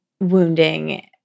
wounding